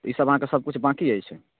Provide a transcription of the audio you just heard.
ईसब अहाँके सबकिछु बाकी अछि